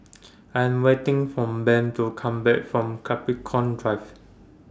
I Am waiting For Ben to Come Back from Capricorn Drive